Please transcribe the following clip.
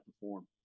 perform